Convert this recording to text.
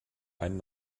einen